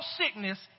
sickness